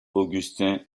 augustin